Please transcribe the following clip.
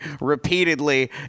repeatedly